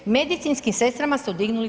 Medicinskim sestrama su dignuli 50%